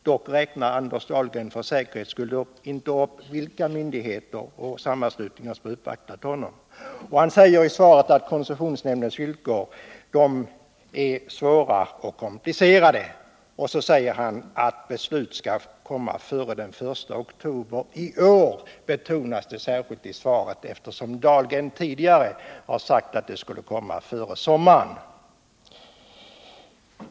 Dock räknar Anders Dahlgren för säkerhets skull inte upp vilka myndigheter och sammanslutningar som har uppvaktat honom. I svaret säger han vidare att koncessionsnämndens villkor är ”svåra och komplicerade” och betonar särskilt att beslut skall komma före den 1 oktober i år; han har ju tidigare sagt att det skulle komma före sommaren.